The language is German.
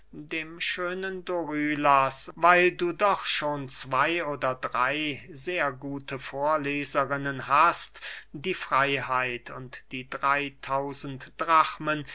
dem schönen dorylas weil du doch schon zwey oder drey sehr gute vorleserinnen hast die freyheit und die drey tausend drachmen